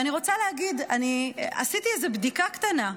אני רוצה להגיד: עשיתי איזו בדיקה קטנה,